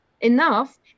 enough